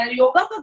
yoga